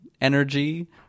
energy